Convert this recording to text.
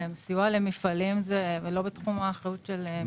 סיוע למפעלים זה לא בתחום האחריות של משרד החקלאות.